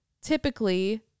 typically